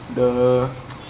the